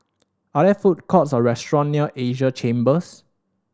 are there food courts or restaurant near Asia Chambers